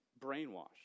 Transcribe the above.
brainwashed